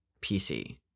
PC